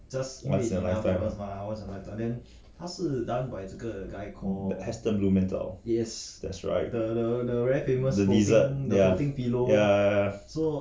once a lifetime the heston blumenthal that's right the desert ya ya ya ya